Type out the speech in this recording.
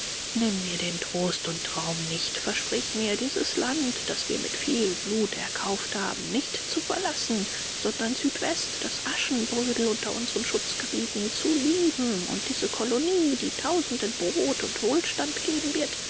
nimm mir den trost und traum nicht versprich mir dieses land das wir mit viel blut erkauft haben nicht zu verlassen sondern südwest das aschenbrödel unter unsren schutzgebieten zu lieben und diese kolonie die tausenden brot und wohlstand geben wird